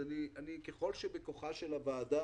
ככל שבכוחה של הוועדה